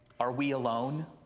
are we alone?